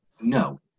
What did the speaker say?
No